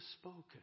spoken